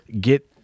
get